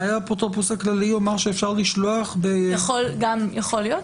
אולי האפוטרופוס הכללי יאמר שאפשר לשלוח --- גם יכול להיות,